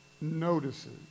notices